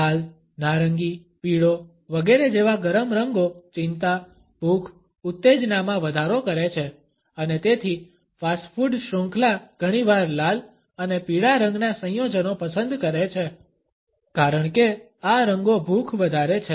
લાલ નારંગી પીળો વગેરે જેવા ગરમ રંગો ચિંતા ભૂખ ઉત્તેજનામાં વધારો કરે છે અને તેથી ફાસ્ટ ફૂડ શૃંખલા ઘણીવાર લાલ અને પીળા રંગના સંયોજનો પસંદ કરે છે કારણ કે આ રંગો ભૂખ વધારે છે